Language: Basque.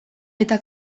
eta